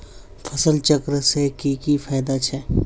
फसल चक्र से की की फायदा छे?